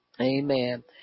Amen